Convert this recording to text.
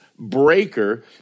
breaker